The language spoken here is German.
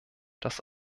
dass